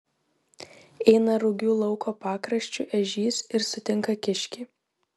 eina rugių lauko pakraščiu ežys ir sutinka kiškį